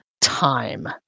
time